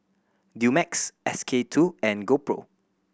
Dumex S K Two and GoPro